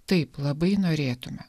taip labai norėtume